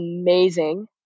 amazing